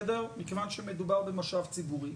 מכיוון שמדובר במשאב ציבורי,